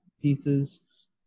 pieces